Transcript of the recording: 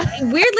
weirdly